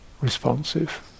responsive